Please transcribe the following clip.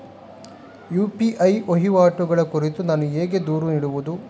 UPI ವಹಿವಾಟುಗಳ ಕುರಿತು ನಾನು ಹೇಗೆ ದೂರು ನೀಡುವುದು?